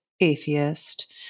atheist